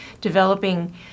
developing